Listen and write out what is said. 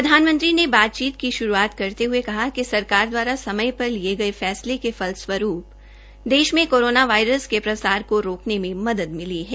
प्रधानमंत्री ने बातचीत श्रूआत करते हये कहा कि सरकार द्वारा समय पर लिये गये फैसले के फलरूवरूप देश में कोरोना वायरस के प्रसार को रोकने में मदद मिली है